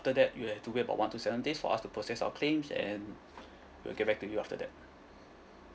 after that you have to wait one to seven days for us to process our claims and we'll get back to you after that